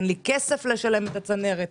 אין לי כסף לשלם את הצנרת,